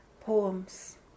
poems